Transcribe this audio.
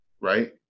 right